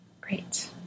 Great